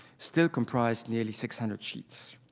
still comprise nearly six hundred sheets.